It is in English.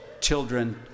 children